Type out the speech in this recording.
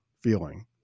feeling